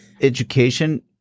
education